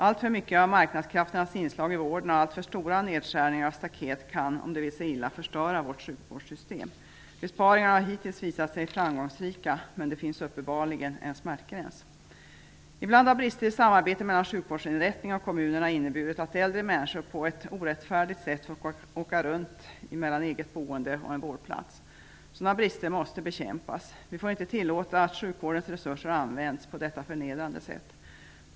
Alltför mycket av marknadskrafternas inslag i vården och alltför stora nedskärningar och staket kan om det vill sig illa förstöra vårt sjukvårdssystem. Besparingarna har hittills visat sig framgångsrika, men det finns uppenbarligen en smärtgräns. Ibland har brister i samarbetet mellan sjukvårdsinrättningen och kommunerna inneburit att äldre människor på ett orättfärdigt sätt fått åka runt mellan eget boende och en vårdplats. Sådana brister måste bekämpas. Vi får inte tillåta att sjukvårdens resurser används på detta förnedrande sätt.